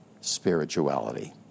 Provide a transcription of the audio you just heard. spirituality